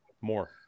more